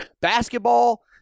Basketball